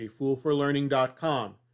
afoolforlearning.com